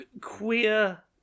queer